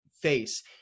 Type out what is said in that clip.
face